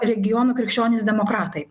regionų krikščionys demokratai